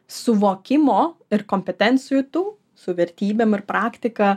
suvokimo ir kompetencijų tų su vertybėm ir praktika